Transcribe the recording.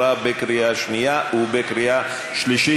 עברה בקריאה שנייה ובקריאה שלישית.